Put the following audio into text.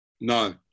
No